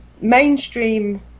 mainstream